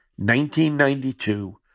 1992